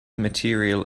material